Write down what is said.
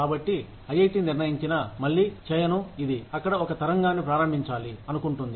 కాబట్టి ఐఐటి నిర్ణయించిన మళ్ళీ చేయను ఇది అక్కడ ఒక తరంగాన్ని ప్రారంభించాలి అనుకుంటుంది